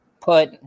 put